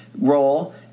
role